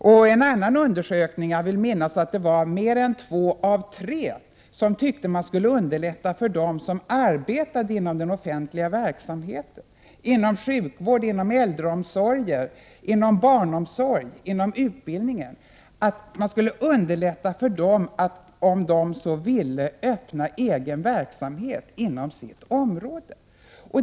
I en annan undersökning vill jag minnas att det var mer än två av tre som tyckte att man skulle underlätta för dem som arbetade inom den offenliga verksamheten — inom sjukvården, äldreomsorgen, barnomsorgen och utbildningen — att om de så ville öppna egen verksamhet inom sitt område.